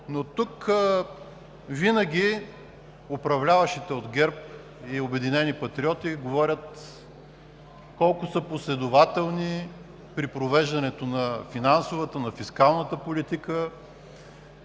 Но тук винаги управляващите от ГЕРБ и „Обединени патриоти“ говорят колко са последователни при провеждането на финансовата, на фискалната политика,